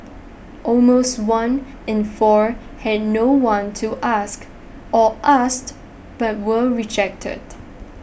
almost one in four had no one to ask or asked but were rejected